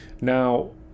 Now